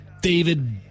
David